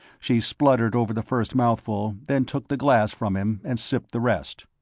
she spluttered over the first mouthful, then took the glass from him and sipped the rest.